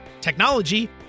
technology